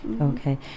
Okay